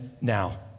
now